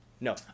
No